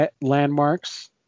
landmarks